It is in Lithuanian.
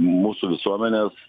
mūsų visuomenės